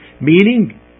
meaning